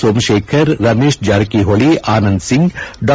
ಸೋಮಶೇಖರ್ ರಮೇಶ್ ಜಾರಕಿಹೊಳಿ ಆನಂದ್ ಸಿಂಗ್ ಡಾ